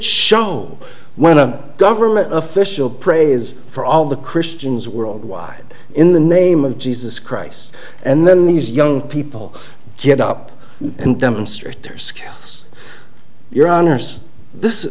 show when a government official prays for all the christians worldwide in the name of jesus christ and then these young people get up and demonstrators scales your honour's this